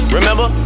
Remember